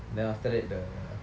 then after that the